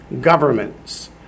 governments